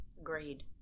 Agreed